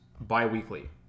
biweekly